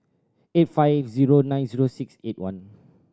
eight five zero nine zero six eight one